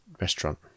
restaurant